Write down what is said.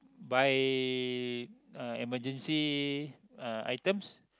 buy uh emergency uh items